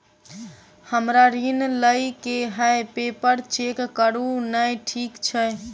हमरा ऋण लई केँ हय पेपर चेक करू नै ठीक छई?